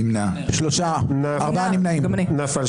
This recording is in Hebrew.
הצבעה לא אושרה נפל.